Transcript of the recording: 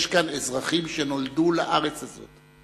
יש כאן אזרחים שנולדו בארץ הזאת,